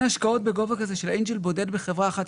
השקעות בגובה כזה של אנג'ל בודד בחברה אחת,